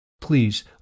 Please